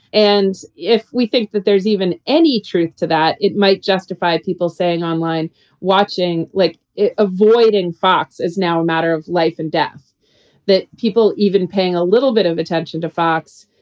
and if we think that there's even any truth to that, it might justify people saying online watching like avoiding fox is now a matter of life and death that people even paying a little bit of attention to fox.